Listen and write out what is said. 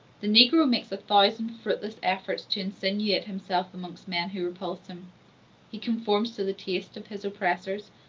the negro makes a thousand fruitless efforts to insinuate himself amongst men who repulse him he conforms to the tastes of his oppressors,